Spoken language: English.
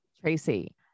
Tracy